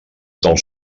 del